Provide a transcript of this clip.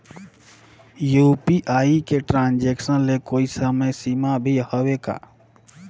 UPI के transaction ले कोई समय सीमा भी हवे का?